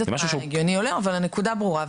לא יודעת מה הגיוני או לא, אבל הנקודה ברורה.